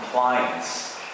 Compliance